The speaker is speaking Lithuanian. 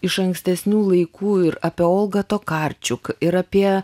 iš ankstesnių laikų ir apie olgą tokarčiuk ir apie